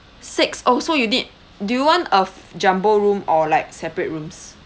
six oh so you need do you want a jumbo room or like separate rooms